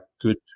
good